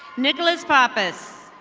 nicholas papez.